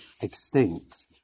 extinct